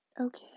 okay